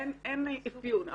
אין אפיון.